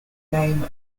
name